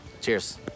Cheers